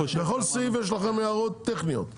אבל אתה לא קיבלת את ההערה שלנו על ההשוואה שבכל רשות ממוצעת,